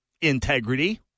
integrity